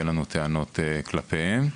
ואין לנו טענות כלפיהם.